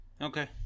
Okay